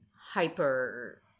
hyper